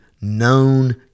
known